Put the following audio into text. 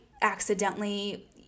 accidentally